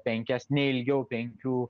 penkias neilgiau penkių